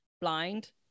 blind